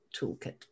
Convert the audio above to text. toolkit